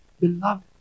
beloved